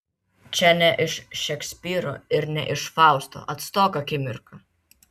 čia ne iš šekspyro ir ne iš fausto atstok akimirka